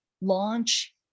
launch